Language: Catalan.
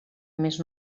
més